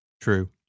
true